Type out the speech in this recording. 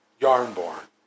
Yarnborn